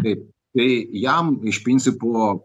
taip tai jam iš principo